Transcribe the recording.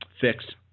fixed